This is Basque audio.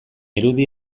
irudi